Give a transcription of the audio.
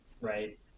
right